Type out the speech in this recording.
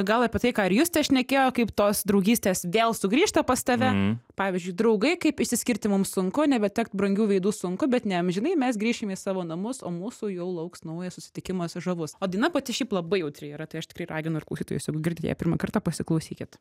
gal apie tai ką ir justė šnekėjo kaip tos draugystės vėl sugrįžta pas tave pavyzdžiui draugai kaip išsiskirti mums sunku nebetekt brangių veidų sunku bet ne amžinai mes grįšim į savo namus o mūsų jau lauks naujas susitikimas žavus o daina pati šiaip labai jautri yra tai aš tikrai raginu ir klausytojus jeigu girdit ją pirmą kartą pasiklausykit